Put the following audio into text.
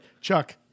Chuck